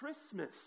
Christmas